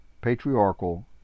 patriarchal